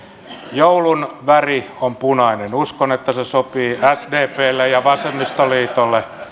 joulun väri on punainen uskon että se sopii sdplle ja vasemmistoliitolle